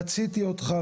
רציתי אותך,